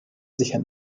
sicher